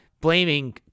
blaming